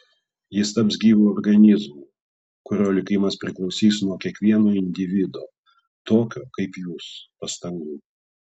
jis taps gyvu organizmu kurio likimas priklausys nuo kiekvieno individo tokio kaip jūs pastangų